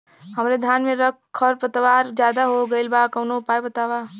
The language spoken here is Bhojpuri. हमरे धान में खर पतवार ज्यादे हो गइल बा कवनो उपाय बतावा?